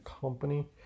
company